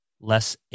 Less